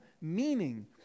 meaning